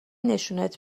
نشونت